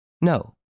No